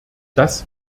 das